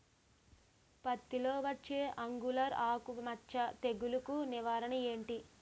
పత్తి లో వచ్చే ఆంగులర్ ఆకు మచ్చ తెగులు కు నివారణ ఎంటి?